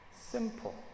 Simple